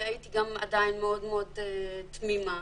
הייתי עדיין מאוד-מאוד תמימה,